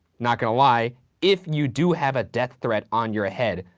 not gonna lie, if you do have a death threat on your head,